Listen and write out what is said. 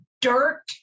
dirt